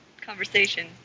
conversation